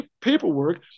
paperwork